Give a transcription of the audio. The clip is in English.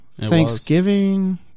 Thanksgiving